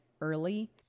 early